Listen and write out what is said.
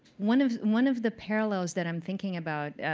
one of one of the parallels that i'm thinking about,